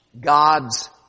God's